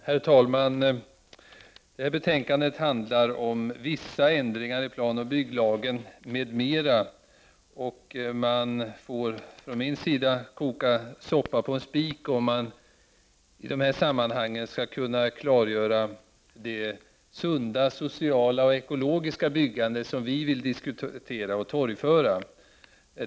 Herr talman! Det här betänkandet handlar om vissa ändringar i planoch bygglagen m.m., och jag får koka soppa på en spik om jag i det här sammanhanget skall kunna klargöra det sunda, sociala och ekologiska byggande som vi vill diskutera och torgföra.